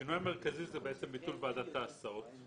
השינוי המרכזי הוא בעצם ביטול ועדת ההסעות.